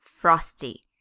frosty